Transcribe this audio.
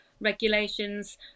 regulations